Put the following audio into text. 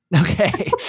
Okay